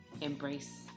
embrace